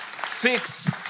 Fix